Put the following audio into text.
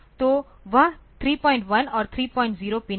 तो वह 31 और 30 पिन है